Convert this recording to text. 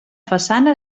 façana